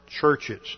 churches